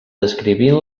descrivint